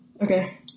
Okay